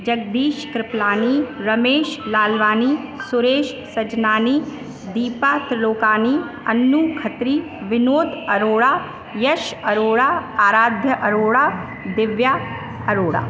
Jagdish Kriplani Ramesh Lalwani Suresh Sachnani Deepa Trilokani Annu Khatri Vinod Arora Yash Arora Aaradhya Arora Divya Arora